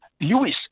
Lewis